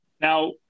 Now